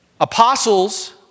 Apostles